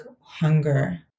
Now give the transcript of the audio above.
hunger